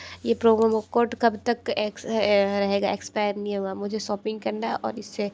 ये प्रोमो वो कोर्ट कब तक एक्स रहेगा एक्सपायर नहीं होगा मुझे सॉपपिंग करना और इससे